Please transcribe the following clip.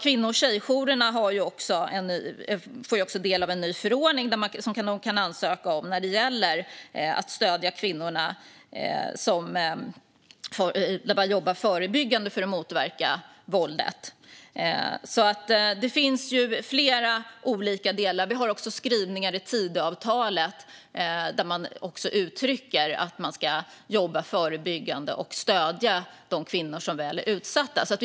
Kvinno och tjejjourerna kan nu skicka in ansökningar i enlighet med en ny förordning för att jobba förebyggande för att motverka våldet. Det finns flera olika delar, och det finns också skrivningar i Tidöavtalet där det uttrycks att man ska jobba förebyggande och stödja utsatta kvinnor.